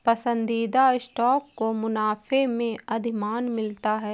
पसंदीदा स्टॉक को मुनाफे में अधिमान मिलता है